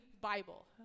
Bible